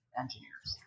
engineers